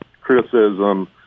criticism